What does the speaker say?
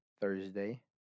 Thursday